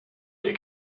der